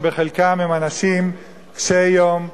שחלקם הם אנשים קשי יום,